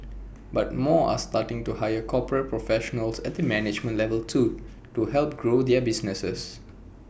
but more are starting to hire corporate professionals at the management level too to help grow their businesses